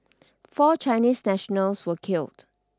four Chinese nationals were killed